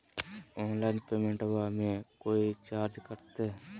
Online पेमेंटबां मे कोइ चार्ज कटते?